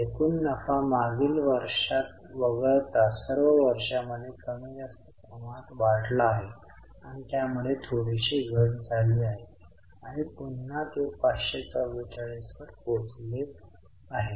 एकूण नफा मागील वर्षात वगळता सर्व वर्षांमध्ये कमी जास्त प्रमाणात वाढला आहे आणि त्यामध्ये थोडीशी घट झाली आहे आणि पुन्हा ते 544 वर पोचले आहेत